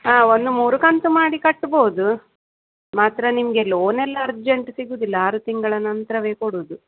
ಹಾಂ ಒಂದು ಮೂರು ಕಂತು ಮಾಡಿ ಕಟ್ಬೋದು ಮಾತ್ರ ನಿಮಗೆ ಲೋನೆಲ್ಲ ಅರ್ಜೆಂಟ್ ಸಿಗುವುದಿಲ್ಲ ಆರು ತಿಂಗಳ ನಂತರವೆ ಕೊಡುವುದು